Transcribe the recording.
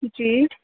جی